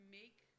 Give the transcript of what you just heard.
make